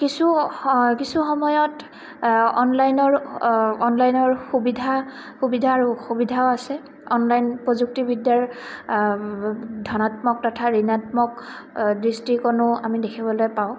কিছু কিছু সময়ত অনলাইনৰ অনলাইনৰ সুবিধা সুবিধা আৰু অসুবিধাও আছে অনলাইন প্ৰযুক্তিবিদ্যাৰ ধনাত্মক তথা ঋণাত্মক দৃষ্টিকণো আমি দেখিবলৈ পাওঁ